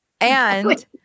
And-